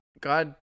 God